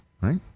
right